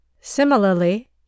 Similarly